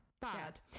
bad